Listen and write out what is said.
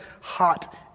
hot